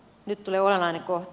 nyt tulee olennainen kohta